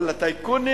אבל הטייקונים,